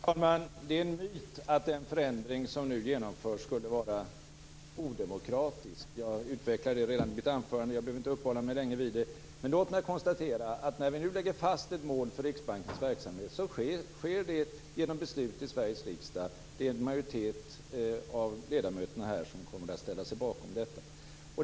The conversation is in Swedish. Fru talman! Det är en myt att den förändring som nu genomförs skulle vara odemokratisk. Jag utvecklade det redan i mitt anförande och behöver inte uppehålla mig länge vid det, men låt mig konstatera att när vi nu lägger fast ett mål för Riksbankens verksamhet sker det genom beslut i Sveriges riksdag. En majoritet av ledamöterna här kommer att ställa sig bakom detta.